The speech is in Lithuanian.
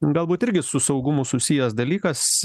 galbūt irgi su saugumu susijęs dalykas